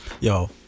Yo